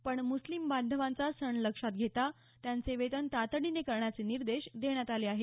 पण मुस्लिम बांधवांचा सण लक्षात घेऊन त्यांचे वेतन तातडीने करण्याचे निर्देश देण्यात आले आहेत